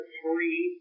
three